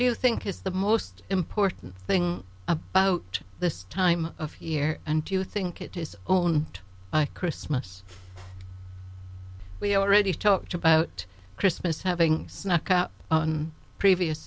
do you think is the most important thing about this time of year and do you think it is only by christmas we already talked about christmas having snuck up on previous